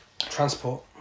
Transport